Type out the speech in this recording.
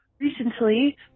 Recently